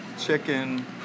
chicken